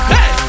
Hey